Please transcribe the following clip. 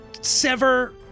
sever